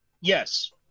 Yes